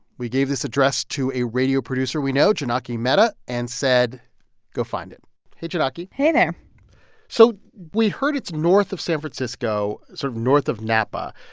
we gave this address to a radio producer we know, jonaki mehta, and said go find it hey, jonaki hey there so we heard it's north of san francisco, sort of north of napa,